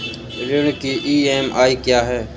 ऋण की ई.एम.आई क्या है?